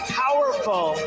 powerful